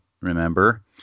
remember